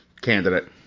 candidate